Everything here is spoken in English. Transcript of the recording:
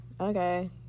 okay